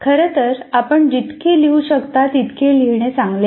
खरं तर आपण जितके लिहू शकता तितके लिहणे चांगले आहे